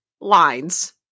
lines